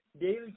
daily